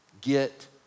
Get